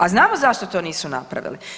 A znamo zašto to nisu napravili.